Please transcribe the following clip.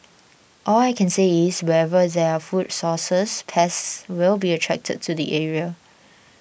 all I can say is wherever there are food sources pests will be attracted to the area